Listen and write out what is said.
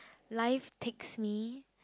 life takes me